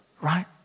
right